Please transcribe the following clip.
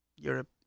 Europe